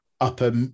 upper